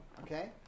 Okay